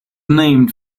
named